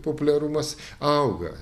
populiarumas auga